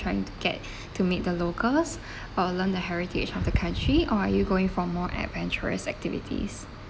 trying to get to meet the locals uh along the heritage of the country or are you going for more adventurous activities